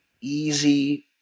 easy